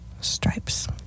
stripes